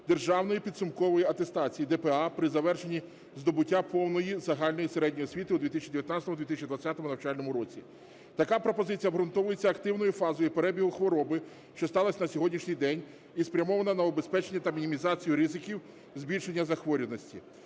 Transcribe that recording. державної підсумкової атестації (ДПА) при завершенні здобуття повної загальної середньої освіти у 2019-2020 навчальному році. Така пропозиція обґрунтовується активною фазою перебігу хвороби, що сталася на сьогоднішній день, і спрямована на убезпечення та мінімізацію ризиків збільшення захворюваності.